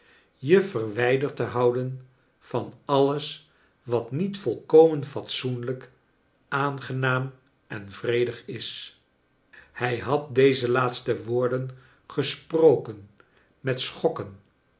je verwijderd te houden van alles wat niet volkomen fatsoenlrjk aangenaam en vredig is hij had deze laatste woorden gesproken met schokken